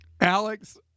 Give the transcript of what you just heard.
Alex